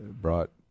brought